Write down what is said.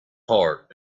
heart